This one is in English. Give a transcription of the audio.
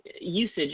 usage